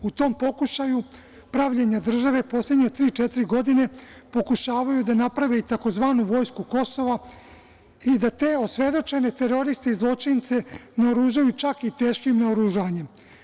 U tom pokušaju pravljenja države poslednje tri-četiri godine pokušavaju da naprave i tzv. vojsku Kosova i da te osvedočene teroriste i zločince naoružaju čak i teškim naoružanjem.